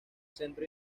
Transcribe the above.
centro